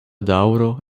daŭro